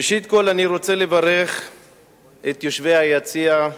ראשית כול אני רוצה לברך את יושבי היציע,